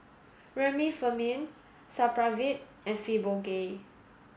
Remifemin Supravit and Fibogel